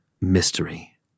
mystery